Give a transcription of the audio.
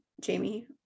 jamie